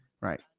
Right